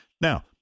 Now